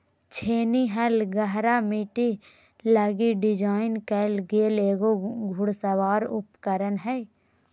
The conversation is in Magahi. छेनी हल गहरा मिट्टी लगी डिज़ाइन कइल गेल एगो घुड़सवार उपकरण हइ